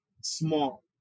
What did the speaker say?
small